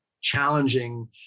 challenging